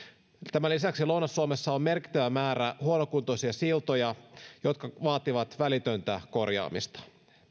tämän lisäksi lounais suomessa on merkittävä määrä huonokuntoisia siltoja jotka vaativat välitöntä korjaamista